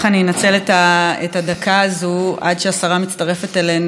אני אנצל את הדקה הזאת עד שהשרה מצטרפת אלינו